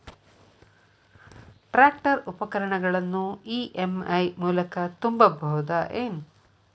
Tractor ಉಪಕರಣಗಳನ್ನು EMI ಮೂಲಕ ತುಂಬಬಹುದ ಏನ್?